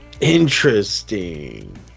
Interesting